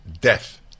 death